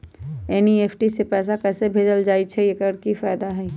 NEFT से पैसा कैसे भेजल जाइछइ? एकर की फायदा हई?